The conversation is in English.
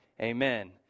Amen